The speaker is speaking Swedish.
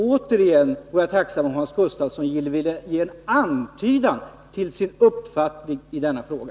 Återigen vore jag tacksam om Hans Gustafsson ville ge en antydan om sin uppfattning i denna fråga.